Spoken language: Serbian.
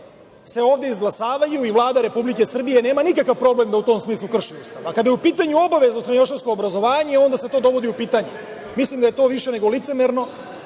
se ovde izglasavaju i Vlada Republike Srbije nema nikakav problem da u tom smislu krši Ustav. A, kada je u pitanju obavezno srednjoškolsko obrazovanje, onda se to dovodi u pitanje. Mislim da je to više nego licemerno.